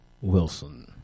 Wilson